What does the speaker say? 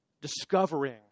discovering